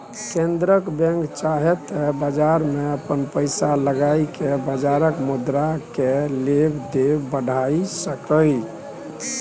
केंद्रक बैंक चाहे त बजार में अपन पैसा लगाई के बजारक मुद्रा केय लेब देब बढ़ाई सकेए